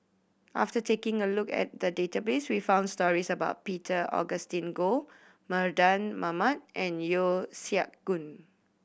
after taking a look at the database we found stories about Peter Augustine Goh Mardan Mamat and Yeo Siak Goon